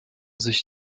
sich